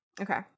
Okay